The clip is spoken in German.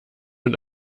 und